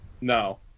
No